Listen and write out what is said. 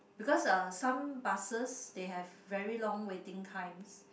because uh some buses they have very long waiting time